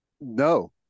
No